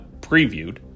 previewed